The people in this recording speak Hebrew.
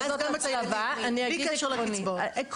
בלי קשר לקצבאות.